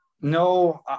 No